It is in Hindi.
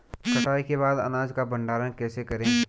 कटाई के बाद अनाज का भंडारण कैसे करें?